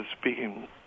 Speaking